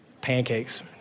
Pancakes